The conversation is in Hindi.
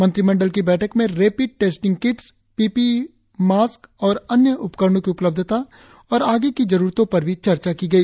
मंत्रिमंडल की बैठक में rapid testing kits PPE mask और अन्य उपकरणों की उपलब्धता और आगे की जरूरतों पर भी चर्चा की गई